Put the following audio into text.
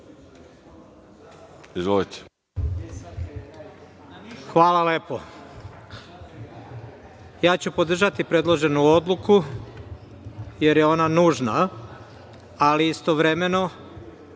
Ševarlić** Hvala lepo. Ja ću podržati predloženu odluku jer je ona nužna, ali istovremeno